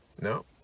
No